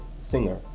singer